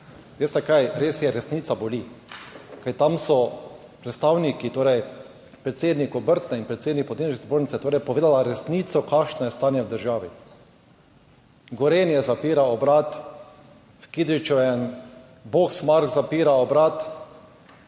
Veste kaj, res je, resnica boli. Ker tam so predstavniki, torej predsednik Obrtne in predsednik Podjetniške zbornice torej povedala resnico, kakšno je stanje v državi. Gorenje zapira obrat v Kidričevem, Boxmark zapira obrat